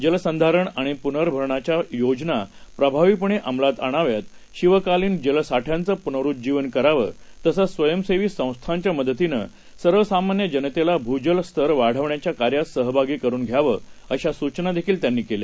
जलसंधारणआणिपुनर्भरणाच्यायोजनाप्रभावीपणेअंमलातआणाव्यात शिवकालीन जलसाठ्यांचंपुनरुज्जीवन करावं तसंच स्वयंसेवी संस्थांच्या मदतीनं सर्वसामान्य जनतेला भू जल स्तर वाढवण्याच्या कार्यात सहभागी करुन घ्यावं अशा सूचना त्यांनी केल्या